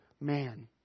man